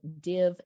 Div